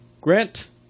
Grant